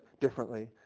differently